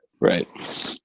right